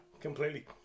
completely